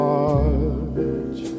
March